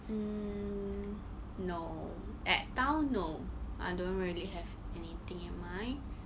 mm no at town no I don't really have anything in mind